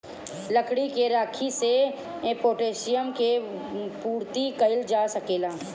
लकड़ी के राखी से पोटैशियम के पूर्ति कइल जा सकेला